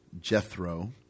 Jethro